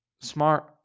smart